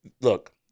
Look